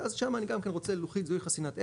אז שם אני גם רוצה לוחית זיהוי חסינת אש,